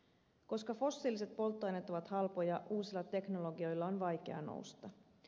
koska fossiiliset polttoaineet ovat halpoja uusilla teknologioilla on vaikea nousta